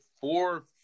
four